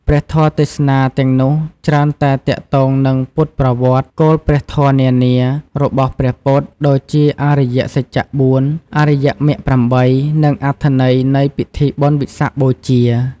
ព្រះធម៌ទេសនាទាំងនោះច្រើនតែទាក់ទងនឹងពុទ្ធប្រវត្តិ គោលព្រះធម៌នានារបស់ព្រះពុទ្ធ ដូចជាអរិយសច្ចៈ៤ អរិយមគ្គ៨ និងអត្ថន័យនៃពិធីបុណ្យវិសាខបូជា។